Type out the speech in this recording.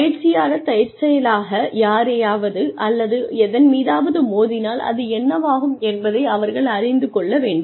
பயிற்சியாளர் தற்செயலாக யாரையாவது அல்லது எதன் மீதாவது மோதினால் அது என்னவாகும் என்பதை அவர்கள் அறிந்து கொள்ள வேண்டும்